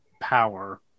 Power